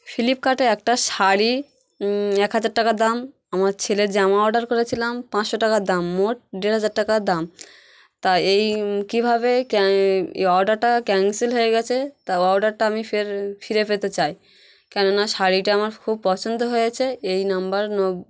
ফ্লিপকার্টে একটা শাড়ি এক হাজার টাকা দাম আমার ছেলের জামা অর্ডার করেছিলাম পাঁচশো টাকা দাম মোট ডেড় হাজার টাকা দাম তা এই কিভাবে ক এই অর্ডারটা ক্যানসেল হয়ে গেছে তা অর্ডারটা আমি ফের ফিরে পেতে চাই কেননা শাড়িটা আমার খুব পছন্দ হয়েছে এই নাম্বার নো